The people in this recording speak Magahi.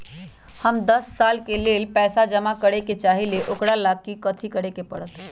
हम दस साल के लेल पैसा जमा करे के चाहईले, ओकरा ला कथि करे के परत?